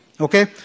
Okay